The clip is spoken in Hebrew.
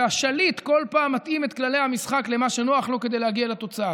והשליט כל פעם מתאים את כללי המשחק למה שנוח לו כדי להגיע לתוצאה.